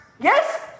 Yes